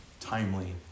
timely